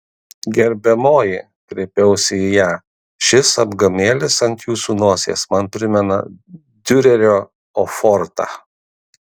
gerbiamoji kreipiausi į ją šis apgamėlis ant jūsų nosies man primena diurerio ofortą